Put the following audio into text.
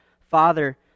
Father